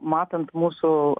matant mūsų